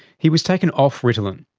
he was taken off ritalin.